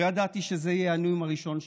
לא ידעתי שזה יהיה הנאום הראשון שלי.